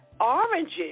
oranges